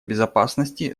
безопасности